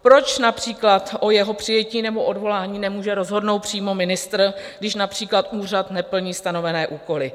Proč například o jeho přijetí nebo odvolání nemůže rozhodnout přímo ministr, když například úřad neplní stanovené úkoly?